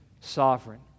sovereign